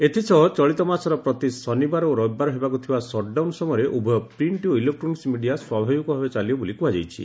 ଏଥିସହ ଚଳିତ ମାସର ପ୍ରତି ଶନିବାର ଓ ରବିବାର ହେବାକୁଥିବା ସଟ୍ଡାଉନ୍ ସମୟରେ ଉଭୟ ପ୍ରିଣ୍କ୍ ଓ ଇଲେକ୍କୋନିକ୍ ମିଡିଆ ସ୍ୱାଭାବିକ ଭାବେ ଚାଲିବ ବୋଲି କୁହାଯାଇଛି